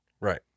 Right